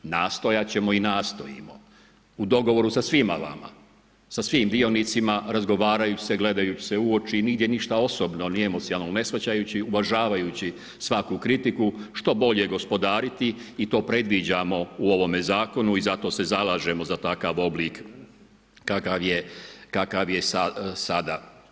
Nastojat ćemo i nastojimo u dogovoru sa svima vama, sa svim dionicima razgovara se gledajući se u oči, nigdje ništa osobno ni emocionalno ne shvaćajući uvažavajući svaku kritiku, što bolje gospodariti i to predviđamo u ovome Zakonu i zato se zalažemo za takav oblik kakav je sada.